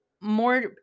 more